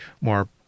more